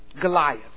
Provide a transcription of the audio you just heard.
Goliath